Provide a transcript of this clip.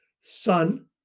son